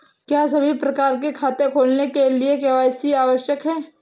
क्या सभी प्रकार के खाते खोलने के लिए के.वाई.सी आवश्यक है?